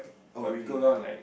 oh okay okay